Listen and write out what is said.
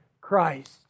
Christ